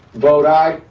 vote aye.